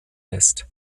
lässt